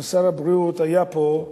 ואם שר הבריאות היה פה,